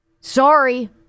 Sorry